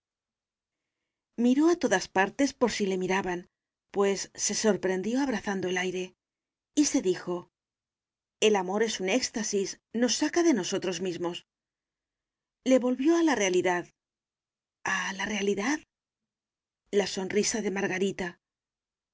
miró a todas partes por si le miraban pues se sorprendió abrazando al aire y se dijo el amor es un éxtasis nos saca de nosotros mismos le volvió a la realidad a la realidad la sonrisa de margarita